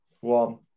one